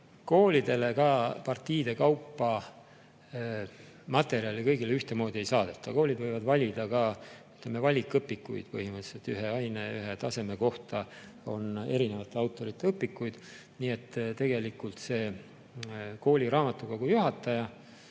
Koolidele ka partiide kaupa materjale kõigile ühtemoodi ei saadeta. Koolid võivad valida ka valikõpikuid, põhimõtteliselt ühe aine, ühe taseme kohta on erinevate autorite õpikuid. Nii et tegelikult kooliraamatukogu juhataja